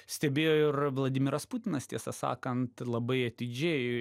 stebėjo ir vladimiras putinas tiesą sakant labai atidžiai